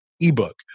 ebook